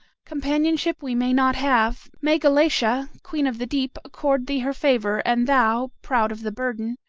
companionship we may not have. may galatea, queen of the deep, accord thee her favor, and thou, proud of the burden,